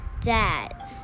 dad